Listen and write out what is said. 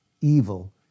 evil